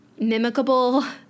mimicable